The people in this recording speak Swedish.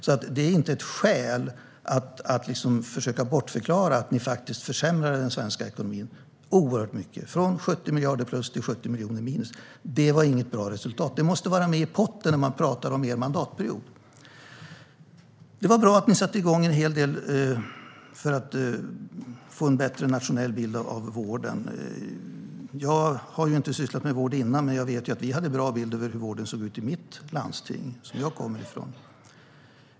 Så detta är inte ett skäl som kan användas för att försöka bortförklara att ni faktiskt försämrade den svenska ekonomin oerhört mycket - från 70 miljarder plus till 70 miljoner minus. Det var inget bra resultat. Detta måste vara med i potten när man talar om er mandatperiod. Det var bra att ni satte igång en hel del för att få en bättre nationell bild av vården. Jag har inte sysslat med vård tidigare, men jag vet att vi hade en bra bild av hur vården såg ut i mitt landsting, där jag kommer ifrån.